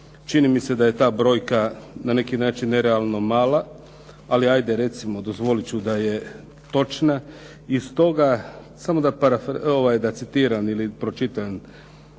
čini mi se da je ta brojka na neki način nerealno mala, ali ajde recimo dozvolit ću da je točna. I stoga samo da citiram ili pročitam